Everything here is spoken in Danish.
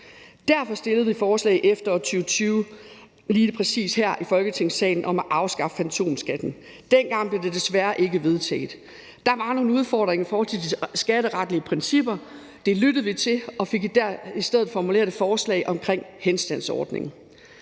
Derfor stillede vi forslaget i efteråret 2020 lige præcis her i Folketingssalen om at afskaffe fantomskatten. Dengang blev det desværre ikke vedtaget. Der var nogle udfordringer i forhold til de skatteretlige principper. Det lyttede vi til og fik i stedet formuleret et forslag om henstandsordningen.